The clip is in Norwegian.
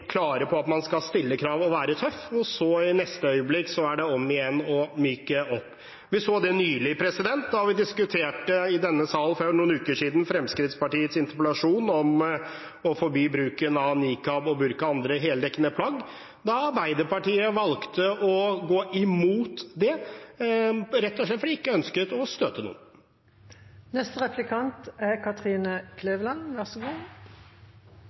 klare på at man skal stille krav og være tøff. I neste øyeblikk er det om å gjøre å myke opp. Vi så det i denne salen for noen uker siden da vi diskuterte Fremskrittspartiets interpellasjon om å forby bruken av nikab, burka og andre heldekkende plagg. Arbeiderpartiet valgte å gå imot det, rett og slett fordi de ikke ønsket å støte noen. Representanten Wiborg har i flere sammenhenger gitt uttrykk for at Fremskrittspartiet er opptatt av god